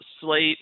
slate